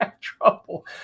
trouble